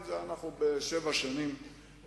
כי יש לנו עוד המון נושאים שבהם אנחנו